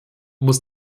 muss